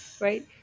right